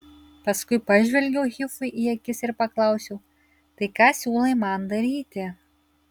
paskui pažvelgiau hifui į akis ir paklausiau tai ką siūlai man daryti